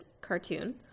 cartoon